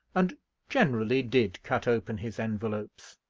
and generally did cut open his envelopes.